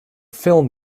film